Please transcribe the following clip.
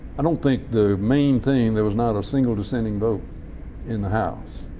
i don't think the main thing there was not a single descending vote in the house,